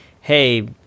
Hey